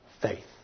faith